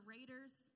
Raiders